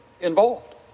involved